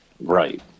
right